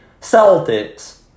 Celtics